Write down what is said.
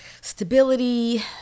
stability